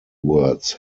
words